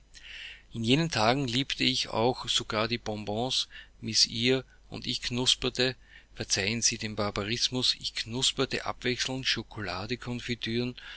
in jenen tagen liebte ich auch sogar die bonbons miß eyre und ich knusperte verzeihen sie den barbarismus ich knusperte abwechselnd